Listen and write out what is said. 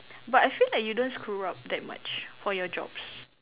but I feel like you don't screw up that much for your jobs